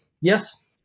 Yes